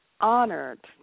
honored